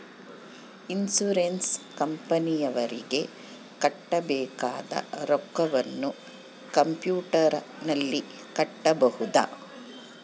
Insurance ಕಂಪನಿಯವರಿಗೆ ಕಟ್ಟಬೇಕಾದ ರೊಕ್ಕವನ್ನು ಕಂಪ್ಯೂಟರನಲ್ಲಿ ಕಟ್ಟಬಹುದ್ರಿ?